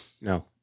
No